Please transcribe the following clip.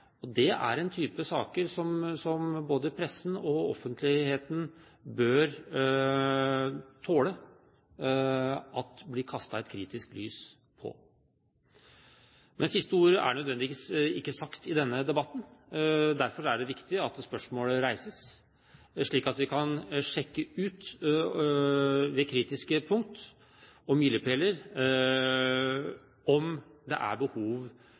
Og det er en type saker som både pressen og offentligheten bør tåle at det blir kastet et kritisk lys på. Men siste ord er nødvendigvis ikke sagt i denne debatten. Derfor er det viktig at spørsmålet reises, slik at vi kan sjekke ut ved kritiske punkt og milepæler om det er behov